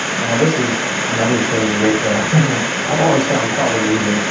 now this is another thing that i've always found quite amusing.